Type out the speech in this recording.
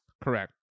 correct